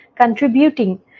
contributing